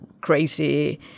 crazy